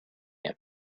him